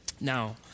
Now